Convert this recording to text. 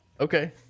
Okay